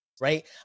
right